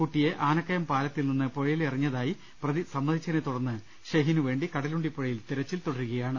കുട്ടിയെ ആനക്കയം പാലത്തിൽ നിന്ന് പുഴയിലെറിഞ്ഞതായി പ്രതി സമ്മതിച്ചതിനെ തുടർന്ന് ഷെഹിനുവേണ്ടി കട ലുണ്ടി പുഴയിൽ തെരച്ചിൽ തുടരുകയാണ്